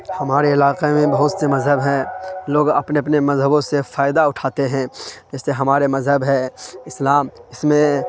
ہمارے علاقے میں بہت سے مذہب ہیں لوگ اپنے اپنے مذہبوں سے فائدہ اٹھاتے ہیں جیسے ہمارے مذہب ہے اسلام اس میں